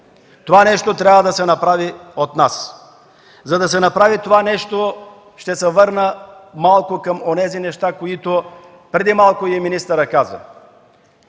Това нещо трябва да се направи от нас. За да се направи, ще се върна към онези неща, за които преди малко министърът каза.